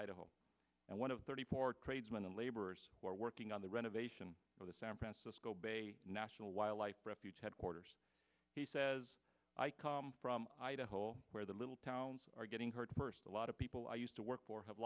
idaho and one of thirty four tradesmen and laborers who are working on the renovation for the san francisco bay national wildlife refuge headquarters he says i come from idaho where the little towns are getting hurt first a lot of people are used to work or have